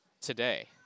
today